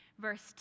verse